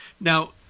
Now